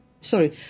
Sorry